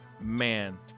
man